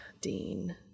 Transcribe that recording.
Dean